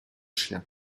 chien